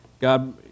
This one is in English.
God